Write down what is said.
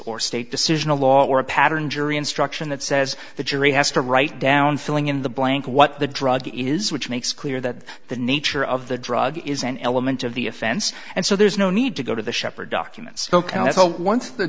or state decision a law or a pattern jury instruction that says the jury has to write down filling in the blank what the drug is which makes clear that the nature of the drug is an element of the offense and so there's no need to go to the shepherd documents once the